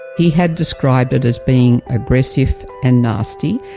he had described it as being aggressive and nasty,